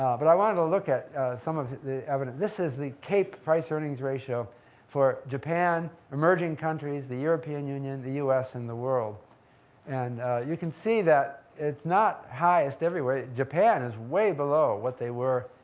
but i wanted to look at some of the evidence. this is the cape price-earnings ratio for japan, emerging countries, the european union, the us, and the world and you can see that it's not highest everywhere. japan is way below what they were.